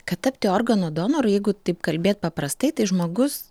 kad tapti organų donoru jeigu taip kalbėt paprastai tai žmogus